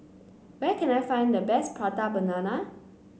where can I find the best Prata Banana